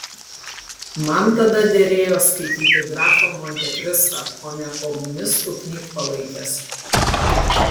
man tada derėjo skaityti grafą montekristą o ne komunistų knygpalaikes